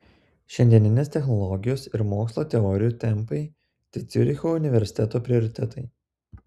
šiandieninės technologijos ir mokslo teorijų tempai tai ciuricho universiteto prioritetai